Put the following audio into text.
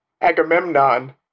Agamemnon